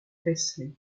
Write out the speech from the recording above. paisley